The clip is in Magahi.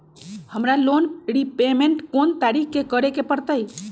हमरा लोन रीपेमेंट कोन तारीख के करे के परतई?